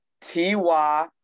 t-y